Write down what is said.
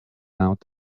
out